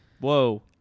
Whoa